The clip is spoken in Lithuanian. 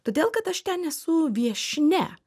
todėl kad aš ten esu viešnia